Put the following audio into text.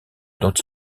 dont